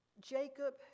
Jacob